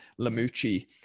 Lamucci